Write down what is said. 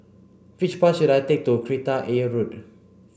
which bus should I take to Kreta Ayer Road